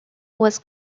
was